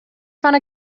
found